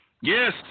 Yes